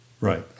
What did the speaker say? Right